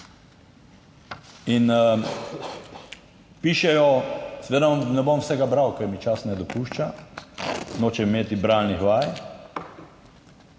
Pišejo – seveda ne bom vsega bral, ker mi čas ne dopušča, nočem imeti bralnih vaj